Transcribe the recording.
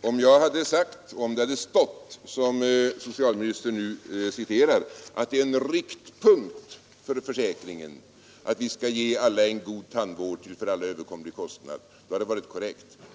Om det slutligen hade stått såsom socialministern nu citerar, att det är en riktpunkt för försäkringen att vi skall ge alla en god tandvård till för alla överkomlig kostnad, så hade det varit korrekt.